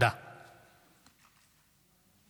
מאת חבר הכנסת